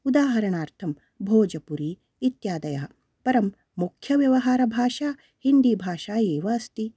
उदाहरणार्थं भोजपुरी इत्यादयः परं मुख्य व्यवहारभाषा हिन्दीभाषा एव अस्ति